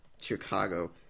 Chicago